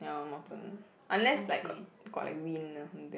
ya mountain unless like got got like wind or something